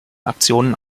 aktionen